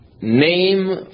name